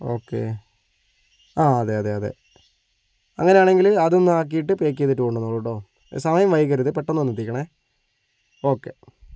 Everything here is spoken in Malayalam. ഓക്കെ ആ അതെ അതെ അതെ അങ്ങനാണെങ്കിൽ അതൊന്ന് ആക്കിയിട്ട് പാക്ക് ചെയ്തിട്ട് കൊണ്ടു വന്നോളു കേട്ടോ സമയം വൈകരുത് പെട്ടന്ന് ഒന്നെത്തിക്കണേ ഓക്കെ